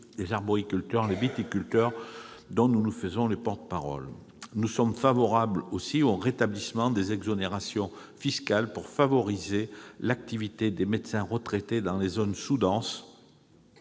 les arboriculteurs et les viticulteurs, dont nous nous faisons les porte-parole. Nous sommes favorables également au rétablissement des exonérations fiscales pour favoriser l'activité des médecins retraités dans les zones sous-denses